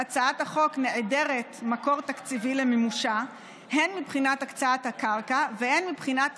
הצעת החוק נעדרת מקור תקציבי למימושה הן מבחינת הקצאת הקרקע והן מבחינת